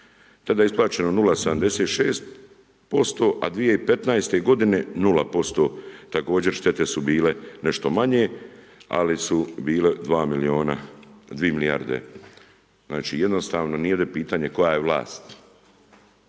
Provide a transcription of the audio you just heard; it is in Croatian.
Tada je isplaćeno 0,76%, a 2015. godine 0%, također štete su bile nešto manje, ali su bile 2 milijarde, jednostavno nije pitanje koja je vlast,